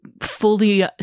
fully